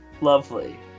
Lovely